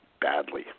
badly